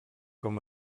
com